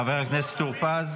חבר הכנסת טור פז,